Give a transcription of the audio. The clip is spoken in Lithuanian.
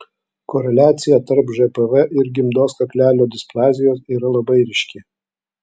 koreliacija tarp žpv ir gimdos kaklelio displazijos yra labai ryški